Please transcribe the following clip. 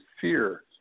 fear